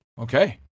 okay